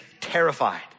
terrified